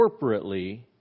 corporately